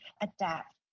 adapt